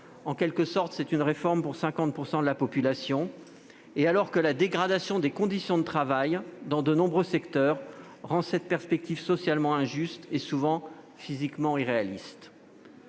En quelque sorte, vous proposez une réforme pour 50 % de la population, alors que la dégradation des conditions de travail, dans de nombreux secteurs, rend cette perspective socialement injuste et souvent physiquement irréaliste.